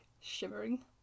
shimmering